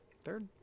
third